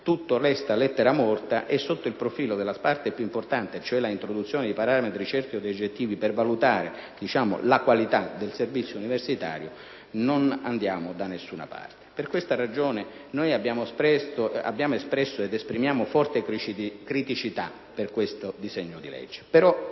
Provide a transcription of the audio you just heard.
tutto resta lettera morta e, sotto il profilo della parte più importante, cioè l'introduzione di parametri certi ed oggettivi per valutare la qualità del servizio universitario, non andiamo da nessuna parte. Per questa ragione abbiamo espresso ed esprimiamo forte critica per questo disegno di legge.